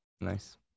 Nice